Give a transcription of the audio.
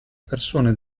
persone